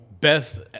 best